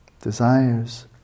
desires